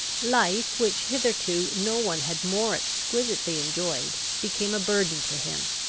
life, which hitherto no one had more exquisitely enjoyed, became a burden to him.